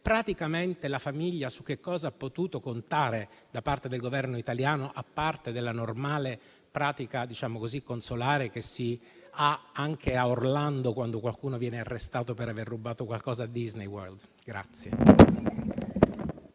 praticamente, la famiglia su che cosa ha potuto contare da parte del Governo italiano, a parte la normale pratica consolare che si attua anche a Orlando, quando qualcuno viene arrestato per aver rubato qualcosa a Disneyworld?